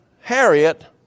Harriet